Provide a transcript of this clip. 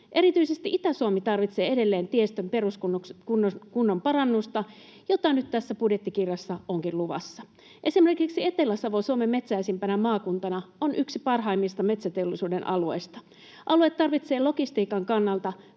Erityisesti Itä-Suomi tarvitsee edelleen tiestön peruskunnon parannusta, jota nyt tässä budjettikirjassa onkin luvassa. Esimerkiksi Etelä-Savo Suomen metsäisimpänä maakuntana on yksi parhaimmista metsäteollisuuden alueista. Alue tarvitsee logistiikan kannalta